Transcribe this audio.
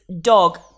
dog